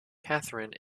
catherine